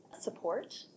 support